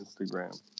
Instagram